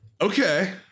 Okay